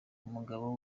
umugabo